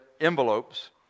envelopes